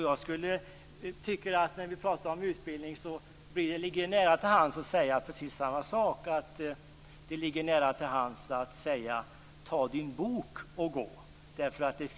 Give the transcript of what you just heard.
Jag tycker att när vi pratar om utbildning ligger det nära till hands att säga precis samma sak. Det ligger nära till hands att säga: Ta din bok och gå!